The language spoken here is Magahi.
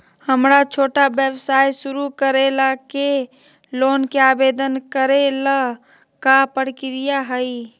हमरा छोटा व्यवसाय शुरू करे ला के लोन के आवेदन करे ल का प्रक्रिया हई?